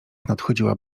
nadchodziła